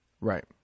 right